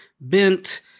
bent